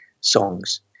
songs